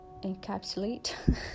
encapsulate